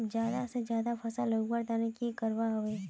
ज्यादा से ज्यादा फसल उगवार तने की की करबय होबे?